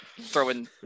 throwing